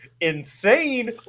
insane